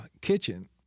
kitchen